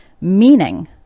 meaning